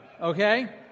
okay